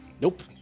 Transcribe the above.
Nope